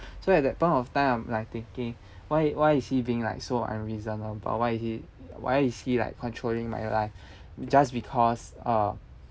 so at that point of time I'm like thinking why why is he being like so unreasonable why is he why is he like controlling my life just because uh